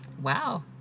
Wow